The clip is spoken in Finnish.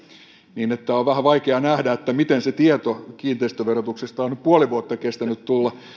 niin että on vähän vaikea nähdä miten se tieto kiinteistöverotuksesta on puoli vuotta kestänyt tulla